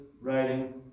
writing